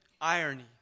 irony